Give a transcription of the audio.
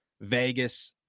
Vegas –